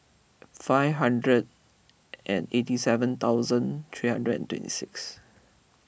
five hundred and eighty seven thousand three hundred and twenty six